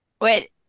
Wait